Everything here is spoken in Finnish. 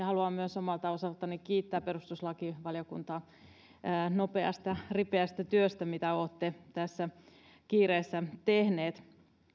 haluan myös omalta osaltani kiittää perustuslakivaliokuntaa nopeasta ripeästä työstä mitä olette tässä kiireessä tehneet